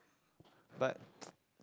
but